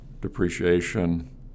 depreciation